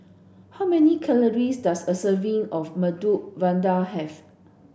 how many calories does a serving of Medu Vada have